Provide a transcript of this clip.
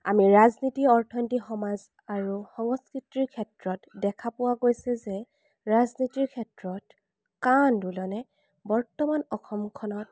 আমি ৰাজনীতি অৰ্থনীতি সমাজ আৰু সংস্কৃতিৰ ক্ষেত্ৰত দেখা পোৱা গৈছে যে ৰাজনীতিৰ ক্ষেত্ৰত কা আন্দোলনে বৰ্তমান অসমখনত